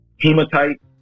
hematite